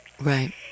Right